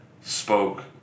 spoke